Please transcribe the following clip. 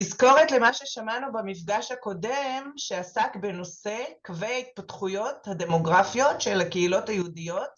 תזכורת למה ששמענו במפגש הקודם שעסק בנושא קווי התפתחויות הדמוגרפיות של הקהילות היהודיות